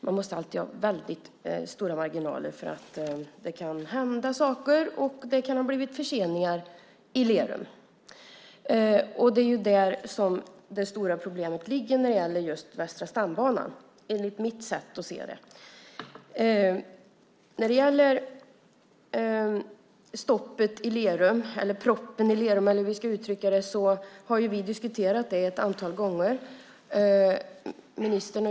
Man måste alltid ha väldigt stora marginaler, för det kan hända saker och det kan ha blivit förseningar i leden. Det är där det stora problemet ligger när det gäller just Västra stambanan, enligt mitt sätt att se det. När det gäller stoppet i Lerum - proppen, eller hur vi ska uttrycka det - har ministern och jag diskuterat det ett antal gånger.